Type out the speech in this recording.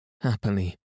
Happily